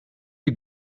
you